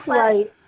right